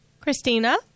Christina